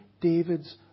David's